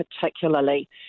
particularly